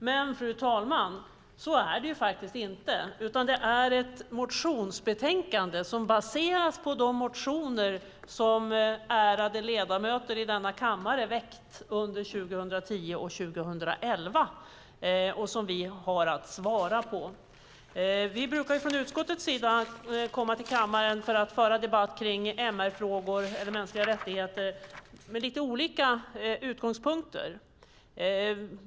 Men, fru talman, så är det inte, utan det är ett motionsbetänkande som baseras på de motioner som ärade ledamöter i denna kammare väckt under 2010 och 2011 och som vi har haft att svara på. Vi brukar från utskottet komma till kammaren för att debattera mänskliga rättigheter med lite olika utgångspunkter.